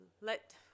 let